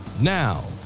Now